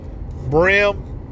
brim